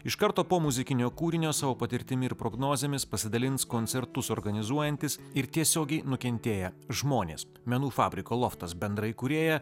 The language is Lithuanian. iš karto po muzikinio kūrinio savo patirtimi ir prognozėmis pasidalins koncertus organizuojantys ir tiesiogiai nukentėję žmonės menų fabriko loftas bendraįkūrėja